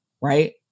right